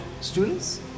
students